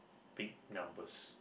big numbers